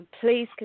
please